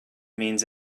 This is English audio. means